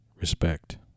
respect